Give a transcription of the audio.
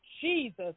Jesus